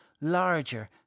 larger